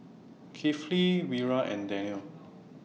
Kifli Wira and Daniel